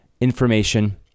information